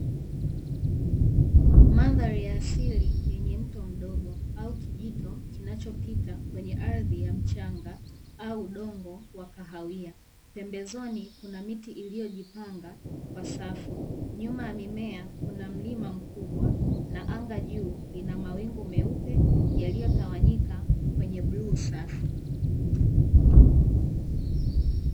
Mandhari ya asili yenye mto mdogo au kijito kinachopita kwenye ardhi ya mchanga au udongo wa kahawia, pembezoni kuna miti iliyojipanga kwa safu nyuma ya mimea kuna mlima mkubwa na anga juu nina mawingu meupe yaliyotawanyika kwenye bluu safi.